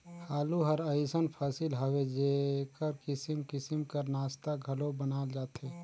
आलू हर अइसन फसिल हवे जेकर किसिम किसिम कर नास्ता घलो बनाल जाथे